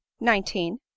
nineteen